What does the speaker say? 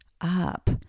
up